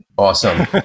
Awesome